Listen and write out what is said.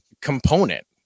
component